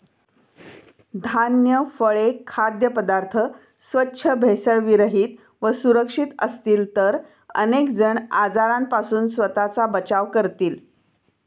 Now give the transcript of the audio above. धान्य, फळे, खाद्यपदार्थ स्वच्छ, भेसळविरहित व सुरक्षित असतील तर अनेक जण आजारांपासून स्वतःचा बचाव करतील